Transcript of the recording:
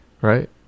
right